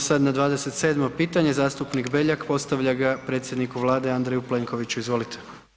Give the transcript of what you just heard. Idemo sad na 27. pitanje, zastupnik Beljak, postavlja ga predsjedniku Vlade Andreju Plenkoviću, izvolite.